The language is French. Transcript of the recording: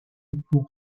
pour